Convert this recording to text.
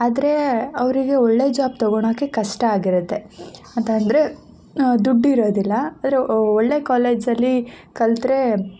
ಆದರೆ ಅವರಿಗೆ ಒಳ್ಳೇ ಜಾಬ್ ತಗೋಳೋಕೆ ಕಷ್ಟ ಆಗಿರುತ್ತೆ ಅಂತ ಅಂದರೆ ದುಡ್ಡು ಇರೋದಿಲ್ಲ ಆದರೆ ಒಳ್ಳೇ ಕಾಲೇಜಲ್ಲಿ ಕಲಿತ್ರೆ